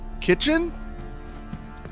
Kitchen